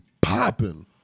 popping